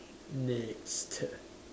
next